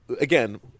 again